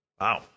Wow